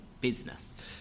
business